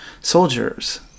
soldiers